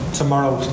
tomorrow